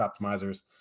optimizers